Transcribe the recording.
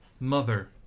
Mother